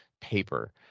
paper